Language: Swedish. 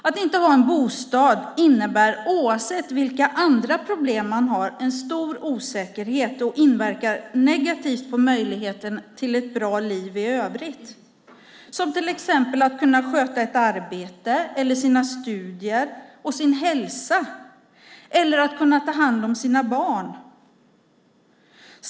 Att inte ha en bostad innebär en stor osäkerhet, oavsett vilka andra problem man har, och inverkar negativt på möjligheten till ett bra liv i övrigt. Det handlar till exempel om att kunna sköta ett arbete, studier och sin hälsa eller att kunna ta hand om sina barn.